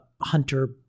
hunter